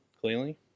Clearly